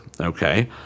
Okay